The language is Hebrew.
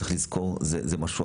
צריך לשים את זה על